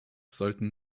sollten